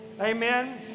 Amen